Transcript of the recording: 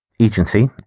Agency